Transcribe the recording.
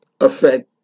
affect